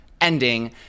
ending